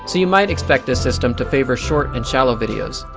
so you might expect this system to favor short and shallow videos,